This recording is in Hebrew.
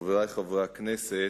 חברי חברי הכנסת,